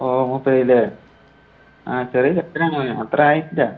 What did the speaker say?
ഓ മൂത്തതല്ലേ ആ ചെറിയ ചെക്കനാന്ന് പറഞ്ഞു അത്രേ ആയിട്ടില്ല